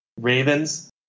Ravens